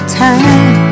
time